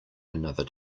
another